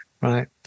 right